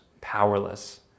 powerless